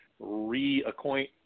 reacquaint